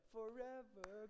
Forever